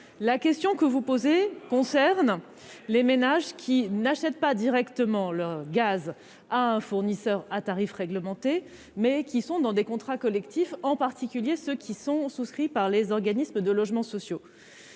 La question que vous posez concerne les ménages qui n'achètent pas directement le gaz à un fournisseur à tarif réglementé, mais qui sont dans des contrats collectifs, en particulier ceux qui sont souscrits par les organismes de logements sociaux.